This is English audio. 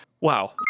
Wow